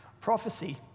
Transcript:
prophecy